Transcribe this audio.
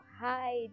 Hi